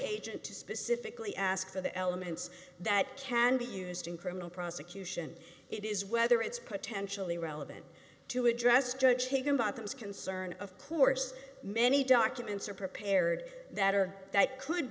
agent to specifically ask for the elements that can be used in criminal prosecution it is whether it's potentially relevant to address judge higginbotham's concern of course many documents are prepared that are that could